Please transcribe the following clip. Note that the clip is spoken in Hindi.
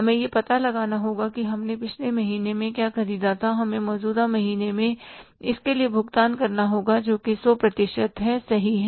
हमें यह पता लगाना होगा कि हमने पिछले महीने में क्या ख़रीदा था हमें मौजूदा महीने में इसके लिए भुगतान करना होगा जो कि 100 प्रतिशत है सही है